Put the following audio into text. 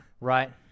Right